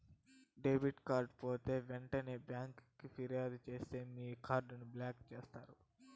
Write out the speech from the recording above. debit card పోతే ఎంటనే బ్యాంకికి ఫిర్యాదు సేస్తే మీ కార్డుని బ్లాక్ చేస్తారు